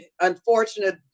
unfortunate